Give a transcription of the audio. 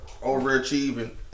overachieving